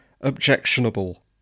objectionable